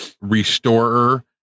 restorer